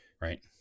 right